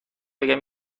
بگم